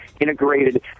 integrated